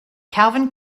calvin